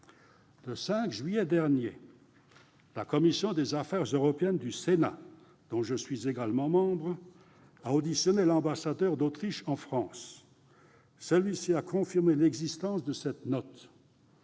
Le 5 juillet dernier, la commission des affaires européennes du Sénat, dont je suis également membre, a auditionné l'ambassadeur d'Autriche en France. Celui-ci a confirmé l'existence de cette note.